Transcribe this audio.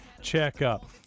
checkup